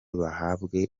bahabwe